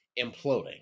imploding